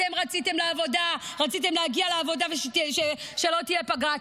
אתם רציתם להגיע לעבודה ושלא תהיה פגרה.